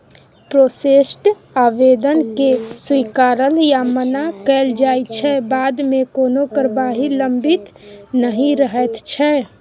processed आबेदनकेँ स्वीकारल या मना कएल जाइ छै बादमे कोनो कारबाही लंबित नहि रहैत छै